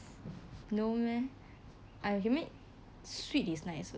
no meh I admit sweet is nice also